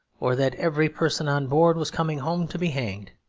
or that every person on board was coming home to be hanged.